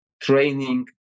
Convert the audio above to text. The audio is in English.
training